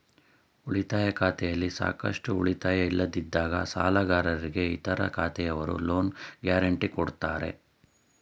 ಉಳಿತಾಯ ಖಾತೆಯಲ್ಲಿ ಸಾಕಷ್ಟು ಉಳಿತಾಯ ಇಲ್ಲದಿದ್ದಾಗ ಸಾಲಗಾರರಿಗೆ ಇತರ ಖಾತೆಯವರು ಲೋನ್ ಗ್ಯಾರೆಂಟಿ ಕೊಡ್ತಾರೆ